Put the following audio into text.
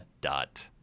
dot